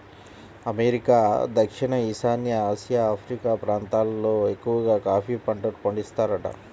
America, దక్షిణ ఈశాన్య Asia, Africa ప్రాంతాలల్లో ఎక్కవగా కాఫీ పంటను పండిత్తారంట